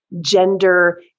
gender